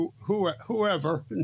whoever